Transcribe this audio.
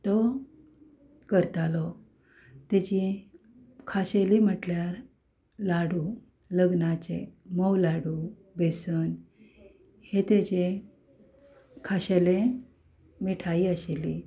तो करतालो तेचें खाशेली म्हणल्यार लाडू लग्नाचे मोव लाडू बेसन हे तेजे खाशेले मिठाइ आशिल्ली